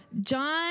John